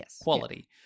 quality